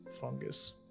fungus